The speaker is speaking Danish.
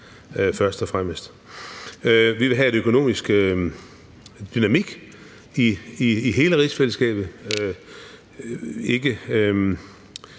først og fremmest. Vi vil have en økonomisk dynamik i hele rigsfællesskabet,